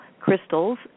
crystals